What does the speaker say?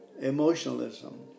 emotionalism